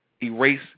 erase